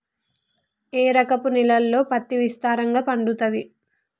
ఏ రకపు నేలల్లో పత్తి విస్తారంగా పండుతది?